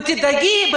ותדאגי,